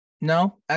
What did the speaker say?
no